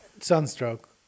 Sunstroke